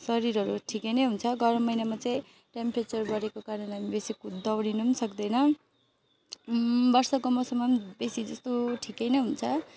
शरीरहरू ठिकै नै हुन्छ गरममा महिनामा चाहिँ टेम्पेचर बढेको कारण हामी बेसी कुद दौडिनु पनि सक्दैनौँ वर्षाको मौसममा पनि बेसी जस्तो ठिकै नै हुन्छ